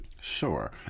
Sure